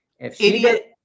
Idiot